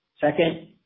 Second